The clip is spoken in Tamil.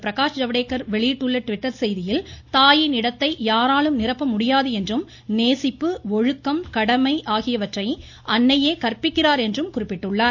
பிரகாஷ் ஜவ்டேகர் வெளியிட்டுள்ள ட்விட்டர் செய்தியில் தாயின் இடத்தை யாராலும் நிரப்ப முடியாது என்றும் நேசிப்பு ஒழுக்கம் கடமை ஆகியவற்றை அன்னையே கற்பிக்கிறார் என்று குறிப்பிட்டுள்ளார்